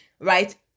right